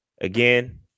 again